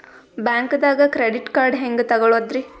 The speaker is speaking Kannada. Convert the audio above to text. ಬ್ಯಾಂಕ್ದಾಗ ಕ್ರೆಡಿಟ್ ಕಾರ್ಡ್ ಹೆಂಗ್ ತಗೊಳದ್ರಿ?